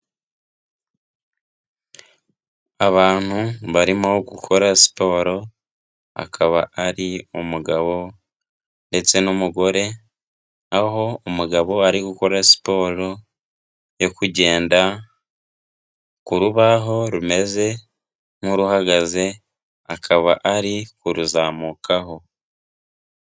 Abantu barimo gukora siporo akaba ari umugabo ndetse n'umugore, aho umugabo ari gukora siporo yo kugenda ku rubaho rumeze nk'uruhagaze, akaba ari kuruzamukaho.